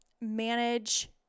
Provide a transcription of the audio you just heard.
manage